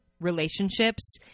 relationships